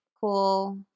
cool